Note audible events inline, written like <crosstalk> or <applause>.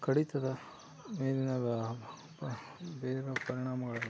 ಕಡಿತದ ಮೇಲಿನದ <unintelligible> ಬೀರೊ ಪರಿಣಾಮವಾಗಿದೆ